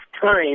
time